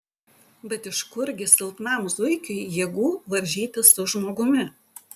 bet iš kurgi silpnam zuikiui jėgų varžytis su žmogumi